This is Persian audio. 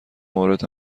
مورد